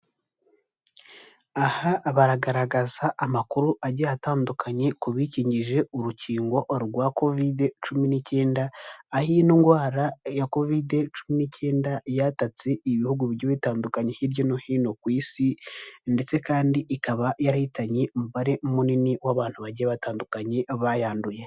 Aha baragaragaza amakuru agiye atandukanye ku bikinkije urukingo rwa Kovide cumi n'icyenda, aho indwara ya Kovide cumi n'icyenda, yatatse ibihugu bigiye bitandukanye, hirya no hino ku Isi, ndetse kandi ikaba yarahitanye umubare munini w'abantu bagiye batandukanye bayanduye.